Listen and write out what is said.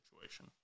situation